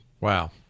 Wow